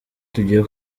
tugiye